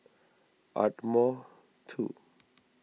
Ardmore two